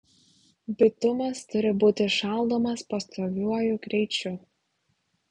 bitumas turi būti šaldomas pastoviuoju greičiu